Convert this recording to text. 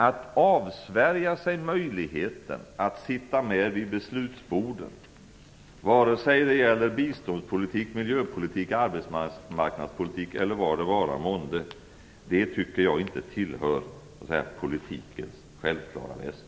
Att avsvärja sig möjligheten att sitta med vid beslutsbordet, oavsett om det gäller biståndspolitik, miljöpolitik, arbetsmarknadspolitik eller vad det vara månde, tycker jag inte tillhör politikens självklara väsen.